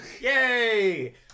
Yay